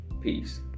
Peace